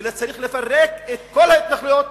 וצריך לפרק את כל ההתנחלויות,